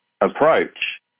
approach